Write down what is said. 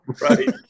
right